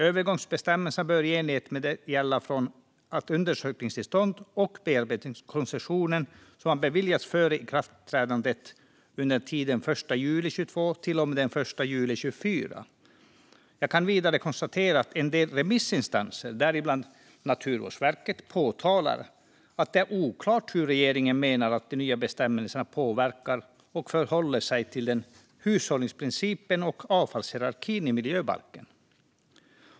Övergångsbestämmelserna bör i enlighet med detta gälla för undersökningstillstånd och bearbetningskoncessioner som har beviljats före ikraftträdandet under tiden den 1 juli 2022 till och med den 1 juli 2024. Jag kan vidare konstatera att en del remissinstanser, däribland Naturvårdsverket, påtalar att det är oklart hur regeringen menar att de nya bestämmelserna påverkar och förhåller sig till hushållningsprincipen och avfallshierarkin i miljöbalken.